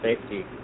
safety